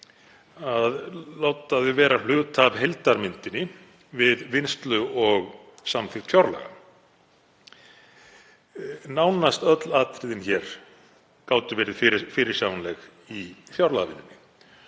að láta þau vera hluta af heildarmyndinni við vinnslu og samþykkt fjárlaga. Nánast öll atriðin hér gátu verið fyrirsjáanleg í fjárlagavinnunni